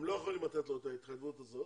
הם לא יכולים לתת לו את ההתחייבות הזאת,